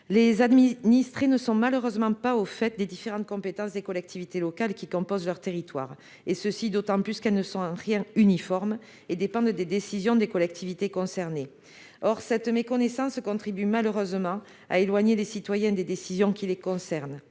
Les administrés ne sont malheureusement pas au fait des différentes compétences des collectivités locales composant leur territoire, et ce d'autant plus qu'elles ne sont en rien uniformes et dépendent des décisions des collectivités concernées. Cette méconnaissance contribue malheureusement à éloigner les citoyens des décisions qui les concernent.